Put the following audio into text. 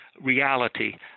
reality